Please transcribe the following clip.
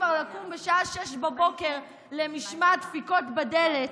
כבר לקום בשעה 06:00 למשמע דפיקות בדלת,